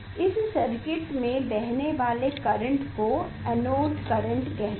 इस सर्किट में बहने वाले करेंट को एनोड करंट कहते हैं